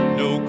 no